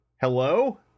Hello